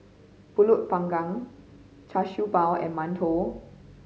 Pulut Panggang Char Siew Bao and mantou